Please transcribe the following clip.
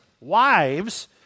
wives